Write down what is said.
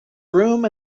room